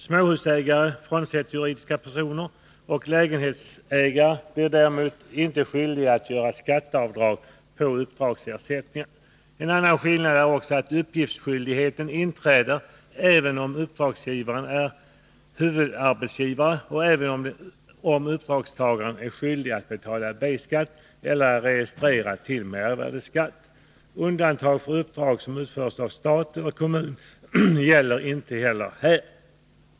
Småhusägare — frånsett juridiska personer — och lägenhetsägare blir däremot inte skyldiga att göra skatteavdrag på uppdragsersättningar. En annan skillnad är att uppgiftsskyldigheten inträder även om uppdragsgivaren är huvudarbetsgivare och även om uppdragstagaren är skyldig att betala B-skatt eller är registrerad enligt lagen om mervärdeskatt. Undantaget för uppdrag som utförs av staten eller av kommun gäller inte heller här.